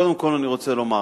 קודם כול אני רוצה לומר,